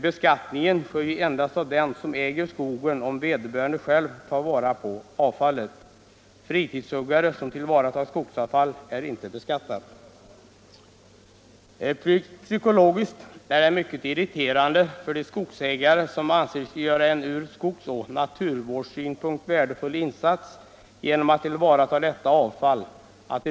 Beskattningen drabbar ju endast den som äger skogen om vederbörande själv tar vara på avfallet. Fritidshuggare som tillvaratar skogsavfall beskattas inte. Psykologiskt är det mycket irriterande för skogsägare att de blir beskattade då de anser sig göra en från skogsoch naturvårdssynpunkt värdefull insats genom att tillvarata detta avfall.